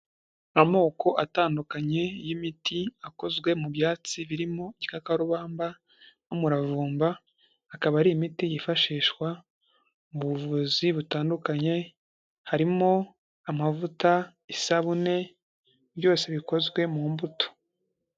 Amoko atandukanye y'imiti, akozwe mu byatsi birimo igikarubamba n'umuravumba, akaba ari imiti yifashishwa mu buvuzi butandukanye harimo amavuta, isabune byose bikozwe mu mbuto.